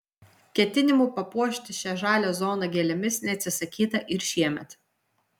ketinimų papuošti šią žalią zoną gėlėmis neatsisakyta ir šiemet